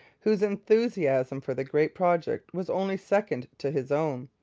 whose enthusiasm for the great project was only second to his own,